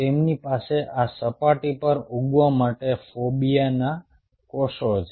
તેમની પાસે આ સપાટી પર ઉગવા માટે ફોબિયાના કોષો છે